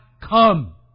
come